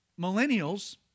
millennials